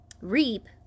reap